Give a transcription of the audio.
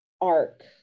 arc